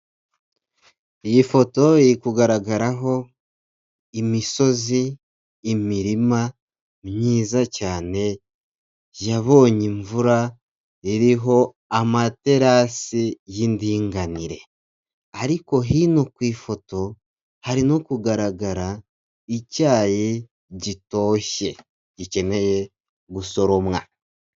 Iyi foto iri kugaragaraho imisozi imirima myiza cyane yabonye imvura iriho amaterasi y'indinganire ariko hino ku ifoto, hari no kugaragara icyayi gitoshye gikeneye gusoromwa.